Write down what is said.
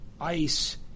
ICE